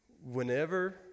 Whenever